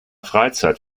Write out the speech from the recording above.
freizeit